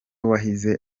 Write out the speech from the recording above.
wahize